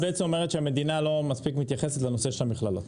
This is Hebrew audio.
את בעצם אומרת שהמדינה לא מספיק מתייחסת לנושא של המכללות.